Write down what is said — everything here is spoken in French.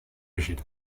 agile